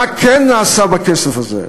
מה כן נעשה בכסף הזה,